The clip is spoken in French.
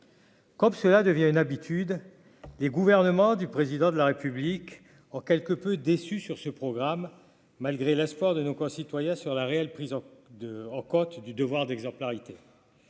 Comme cela devient une habitude des gouvernements, du président de la République. En quelque peu déçu sur ce programme, malgré l'espoir de nos concitoyens sur la réelle prise en 2 ans Côte du devoir d'exemplarité